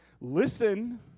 Listen